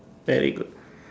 very good